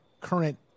current